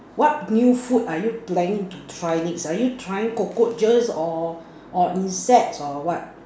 what new food are you planning to try next are you trying cockroaches or or insects or what